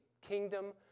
kingdom